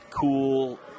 cool